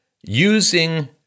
using